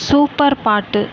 super பாட்டு